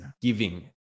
giving